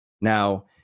Now